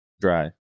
dry